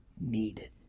needed